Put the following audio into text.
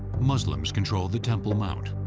muslims control the temple mount.